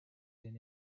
than